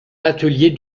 l’atelier